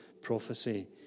prophecy